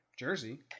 jersey